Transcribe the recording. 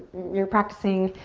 you're practicing.